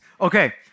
Okay